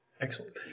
Excellent